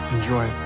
Enjoy